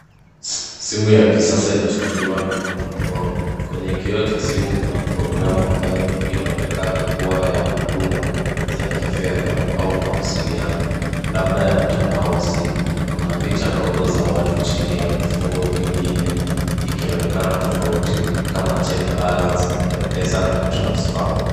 Simu ya kisasa inashikiliwa na mkono. Kwenye kiio cha simu kuna programu inaonekana kua ya huduma za kifedha au mawasiliano. Kuna picha ndogo ya watu chini ya vifungo vingine ikionekana tofauti kama check balance , Mpesa na Transfer .